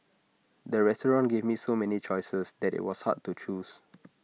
the restaurant gave me so many choices that IT was hard to choose